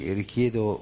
richiedo